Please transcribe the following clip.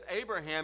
Abraham